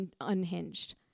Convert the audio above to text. unhinged